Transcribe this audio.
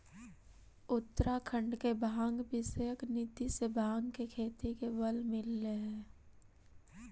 उत्तराखण्ड के भाँग विषयक नीति से भाँग के खेती के बल मिलले हइ